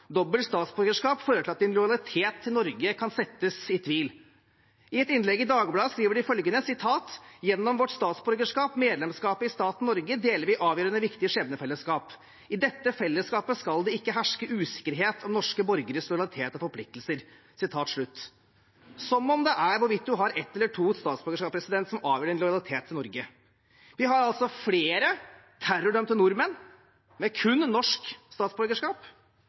dobbelt statsborgerskap fører til at ens lojalitet til Norge kan trekkes i tvil. I et innlegg i Dagbladet skriver de: «Gjennom vårt statsborgerskap, medlemskapet i staten Norge, deler vi et avgjørende viktig skjebnefellesskap. I dette fellesskapet skal det ikke herske usikkerhet om norske borgeres lojalitet og forpliktelser.» Som om det er hvorvidt man har ett eller to statsborgerskap som avgjør ens lojalitet til Norge! Vi har flere terrordømte nordmenn med kun norsk statsborgerskap,